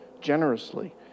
generously